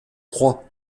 croit